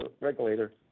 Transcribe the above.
Regulator